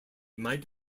might